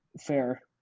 Fair